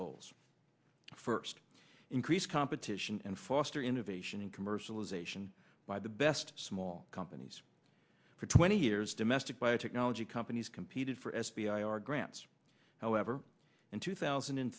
goals first increase competition and foster innovation and commercialization by the best small companies for twenty years domestic biotechnology companies competed for s v r grants however in two thousand and